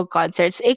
concerts